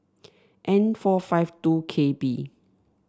N four five two K B